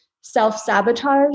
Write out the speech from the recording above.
self-sabotage